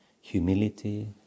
humility